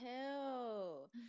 hell